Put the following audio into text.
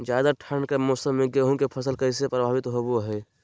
ज्यादा ठंड के मौसम में गेहूं के फसल कैसे प्रभावित होबो हय?